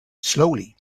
slowly